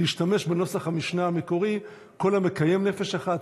להשתמש בנוסח המשנה המקורי: כל המקיים נפש אחת,